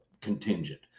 contingent